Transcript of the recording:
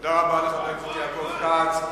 תודה רבה לחבר הכנסת יעקב כץ.